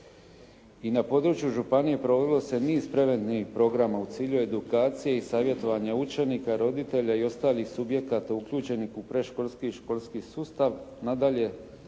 I na području županije provelo se niz preventivnih programa u cilju edukacije i savjetovanja učenika, roditelja i ostalih subjekata uključenih u predškolski, školski sustav. Nadalje,